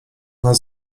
nas